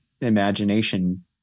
imagination